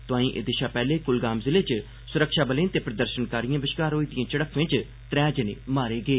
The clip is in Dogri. तोआईं एह्दे शा पैहले कुलगाम जिले च सुरक्षाबलें ते प्रदर्शनकारिए बश्कार होई दिएं झड़फ्फें च त्रै जने मारे गे